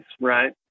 right